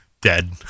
dead